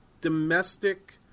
domestic